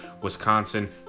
Wisconsin